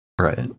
Right